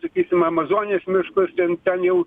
sakykim amazonės miškus ten ten jau